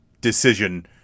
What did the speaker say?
decision